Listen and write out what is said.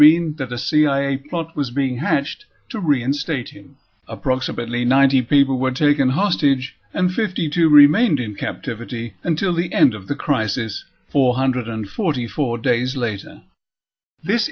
mean that the cia plot was being hatched to reinstate him approximately ninety people were taken hostage and fifty two remained in captivity until the end of the crisis four hundred forty four days later this